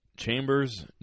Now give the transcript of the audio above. Chambers